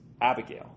Abigail